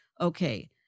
okay